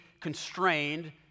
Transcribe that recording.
constrained